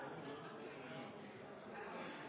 for